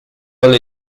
alle